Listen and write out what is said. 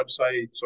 website